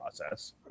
process